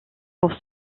pour